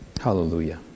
Hallelujah